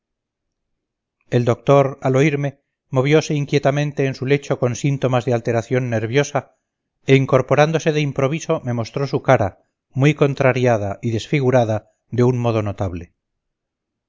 el doctor al oírme moviose inquietamente en su lecho con síntomas de alteración nerviosa e incorporándose de improviso me mostró su cara muy contrariada y desfigurada de un modo notable